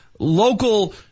Local